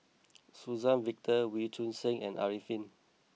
Suzann Victor Wee Choon Seng and Arifin